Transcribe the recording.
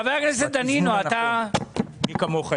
חבר הכנסת דנינו, בבקשה.